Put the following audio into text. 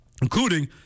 including